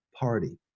party